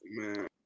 man